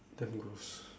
damn gross